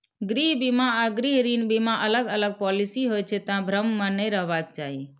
गृह बीमा आ गृह ऋण बीमा अलग अलग पॉलिसी होइ छै, तें भ्रम मे नै रहबाक चाही